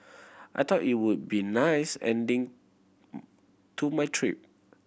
I thought it would be nice ending to my trip